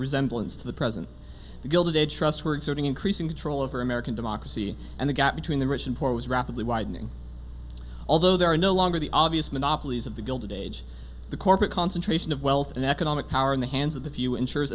resemblance to the present the gilded age trusts were exerting increasing control over american democracy and the gap between the rich and poor was rapidly widening although they are no longer the obvious monopolies of the gilded age the corporate concentration of wealth and economic power in the hands of the few ensur